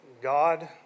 God